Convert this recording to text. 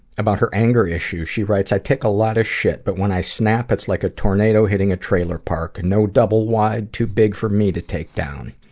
about her anger issues she writes, i take a lot of shit, but when i snap, it's like a tornado hitting a trailer park, and no double wide to big for me to take down.